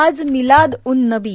आज मिलाद उन नबी